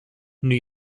new